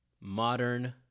modern